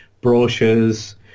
brochures